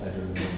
I don't know